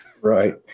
Right